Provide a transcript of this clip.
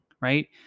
right